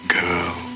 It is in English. girl